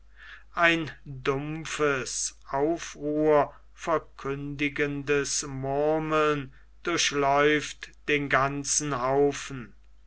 ein dumpfes aufruhrverkündendes murmeln durchläuft den ganzen haufen